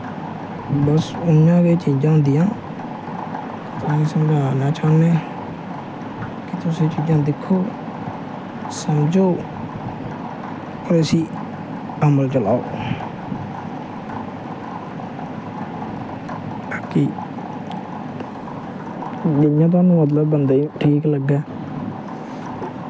बस इन्नियां गै चीजां होंदियां तुसें समझाना चाह्न्नें कि तुस एह् चीजां दिक्खो समझो और इसी अमल च लाओ कि गौरमैंट नै मतलव बंदे ठीक लग्गै